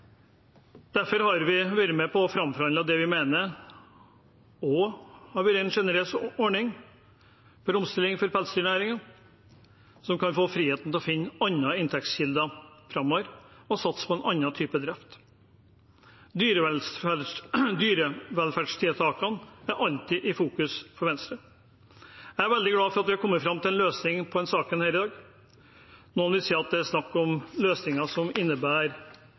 Derfor har vi vært med på å framforhandle det vi mener har vært en sjenerøs ordning for omstilling av pelsdyrnæringen, som kan få friheten til å finne andre inntektskilder framover og satse på en annen type drift. Dyrevelferdstiltakene er alltid i fokus for Venstre. Jeg er veldig glad for at vi har kommet fram til en løsning på denne saken i dag. Noen vil si at det er snakk om løsninger som innebærer